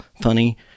funny